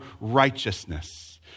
righteousness